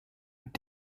mit